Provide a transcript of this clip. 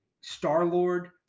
Star-Lord